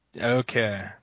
Okay